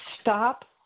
stop